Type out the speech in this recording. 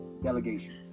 Delegation